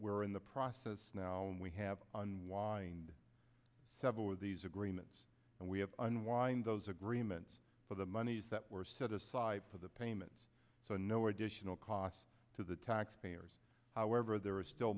we're in the process now and we have unwind several of these agreements and we have unwind those agreements for the monies that were set aside for the payments so no additional costs to the taxpayers however there are still